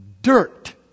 dirt